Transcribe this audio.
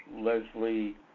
Leslie